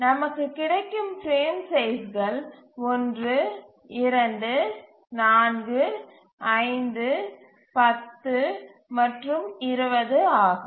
நமக்கு கிடைக்கும் பிரேம் சைஸ்கள் 1 2 4 5 10 மற்றும் 20 ஆகும்